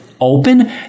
open